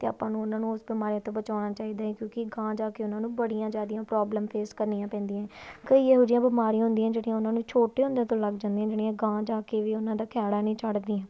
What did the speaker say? ਅਤੇ ਆਪਾਂ ਨੂੰ ਉਹਨਾਂ ਨੂੰ ਉਸ ਬਿਮਾਰੀਆਂ ਤੋਂ ਬਚਾਉਣਾ ਚਾਹੀਦਾ ਕਿਉਂਕਿ ਗਾਹਾਂ ਜਾ ਕੇ ਉਹਨਾਂ ਨੂੰ ਬੜੀਆਂ ਜ਼ਿਆਦੀਆਂ ਪ੍ਰੋਬਲਮ ਫੇਸ ਕਰਨੀਆਂ ਪੈਂਦੀਆਂ ਕਈ ਇਹੋ ਜਿਹੀਆਂ ਬਿਮਾਰੀਆਂ ਹੁੰਦੀਆਂ ਜਿਹੜੀਆਂ ਉਹਨਾਂ ਨੂੰ ਛੋਟੇ ਹੁੰਦੇ ਤੋਂ ਲੱਗ ਜਾਂਦੀਆਂ ਜਿਹੜੀਆਂ ਗਾਹਾਂ ਜਾ ਕੇ ਵੀ ਉਹਨਾਂ ਦਾ ਖਹਿੜਾ ਨਹੀਂ ਛੱਡਦੀਆਂ